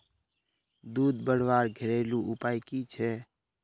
दूध बढ़वार घरेलू उपाय की छे?